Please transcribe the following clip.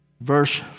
Verse